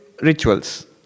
rituals